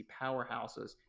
powerhouses